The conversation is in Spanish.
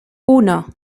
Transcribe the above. uno